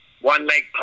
one-leg